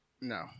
No